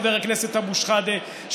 חבר הכנסת אבו שחאדה,